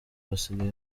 basigaye